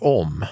om